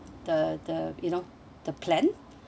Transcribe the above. the the you know the plan